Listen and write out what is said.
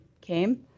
came